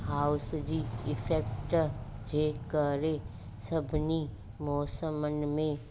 house जी effect जे करे सभिनी मौसमनि में